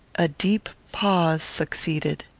a deep pause succeeded.